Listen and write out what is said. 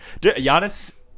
Giannis